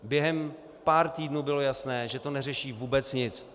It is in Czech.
Během pár týdnů bylo jasné, že to neřeší vůbec nic.